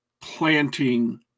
planting